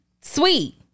sweet